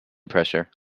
pressure